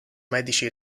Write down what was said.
medici